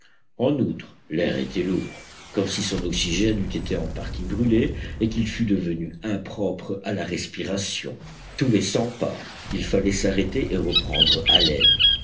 en outre l'air était lourd comme si son oxygène eût été en partie brûlé et qu'il fût devenu impropre à la respiration tous les cent pas il fallait s'arrêter et reprendre haleine